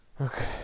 Okay